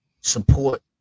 support